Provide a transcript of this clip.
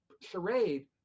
charade